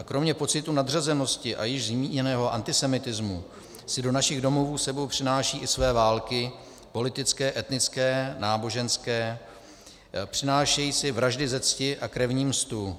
Kromě pocitu nadřazenosti a již zmíněného antisemitismu si do našich domovů s sebou přinášejí i své války politické, etnické, náboženské, přinášejí si vraždy ze msty a krevní mstu.